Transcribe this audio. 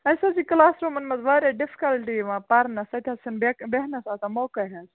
اَسہِ حظ چھِ کٕلاس روٗمَن منٛز واریاہ ڈِفکَلٹی یِوان پَرنَس تَتہِ حظ چھَنہٕ بیک بہنَس آسان موقعہٕ حظ